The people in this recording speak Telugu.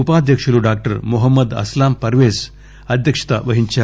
ఉపాధ్యక్షులు డాక్టర్ మోహమ్మద్ అస్లామ్ పర్వేజ్ అధ్యక్షత వహించారు